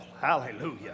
Hallelujah